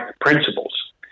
principles